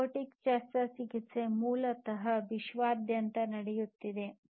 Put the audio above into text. robotic ಶಸ್ತ್ರಚಿಕಿತ್ಸೆ ಮೂಲತಃ ವಿಶ್ವಾದ್ಯಂತ ನಡೆಯುತ್ತಿದೆ